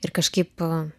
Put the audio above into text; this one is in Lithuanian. ir kažkaip